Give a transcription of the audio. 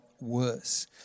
worse